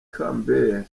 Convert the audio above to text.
campbell